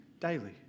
daily